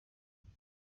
mwaka